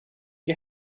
you